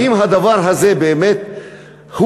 האם הדבר הזה הוא באמת הפתרון?